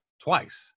twice